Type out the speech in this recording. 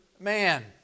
Man